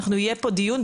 יהיה פה דיון,